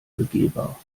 begehbar